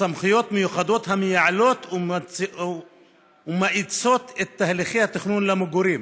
סמכויות מיוחדות המייעלות ומאיצות את תהליכי התכנון למגורים.